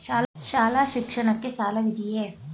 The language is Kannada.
ಶಾಲಾ ಶಿಕ್ಷಣಕ್ಕೆ ಸಾಲವಿದೆಯೇ?